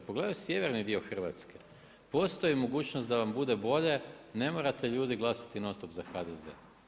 Pogledaju sjeverni dio Hrvatske, postoji mogućnost da vam bude bolje, ne morate ljudi glasati non stop za HDZ.